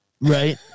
Right